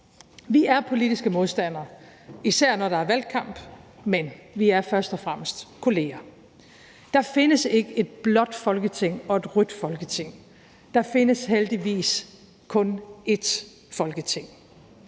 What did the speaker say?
Vi er politiske modstandere, især når der er valgkamp, men vi er først og fremmest kolleger. Der findes ikke et blåt Folketing og et rødt Folketing; der findes heldigvis kun ét Folketing.